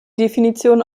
definition